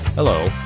Hello